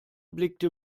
blickte